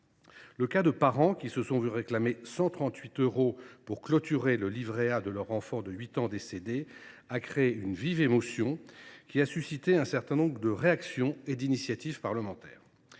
Le cas de parents qui se sont vu réclamer 138 euros pour clôturer le livret A de leur enfant de 8 ans, décédé, a créé une vive émotion et suscité un certain nombre de réactions comme d’initiatives parlementaires.